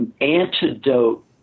antidote